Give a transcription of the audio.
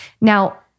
Now